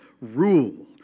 rule